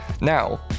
Now